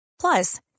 Plus